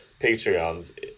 Patreons